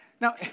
Now